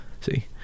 see